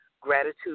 gratitude